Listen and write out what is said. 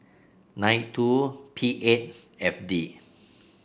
nine two P eight F D